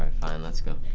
fine. let's go.